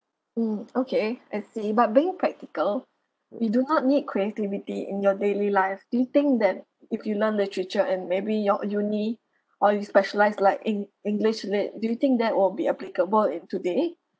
mm okay I see but being practical we do not need creativity in your daily life do you think that if you learn literature and maybe your uni or you specialise like in english lit~ do you think that will be applicable in today